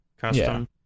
custom